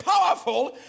powerful